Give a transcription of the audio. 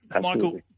Michael